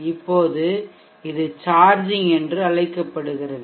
இப்போது இது சார்ஜிங் என்று அழைக்கப்படுகிறது